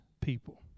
people